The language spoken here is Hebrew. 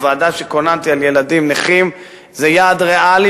הוועדה שכוננתי לילדים נכים זה יעד ריאלי,